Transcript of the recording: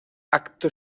acto